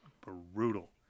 brutal